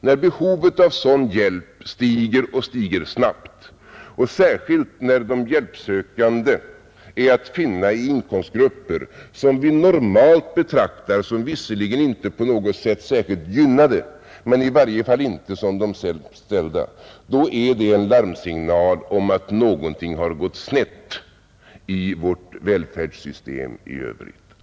När behovet av sådan hjälp stiger — och stiger snabbt — och särskilt när de hjälpsökande är att finna i inkomstgrupper som vi normalt betraktar som visserligen inte på något sätt särskilt gynnade, men ändå inte som de sämst ställda, är det en larmsignal om att någonting har gått snett i vårt välfärdssystem i övrigt.